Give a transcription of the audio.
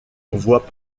voix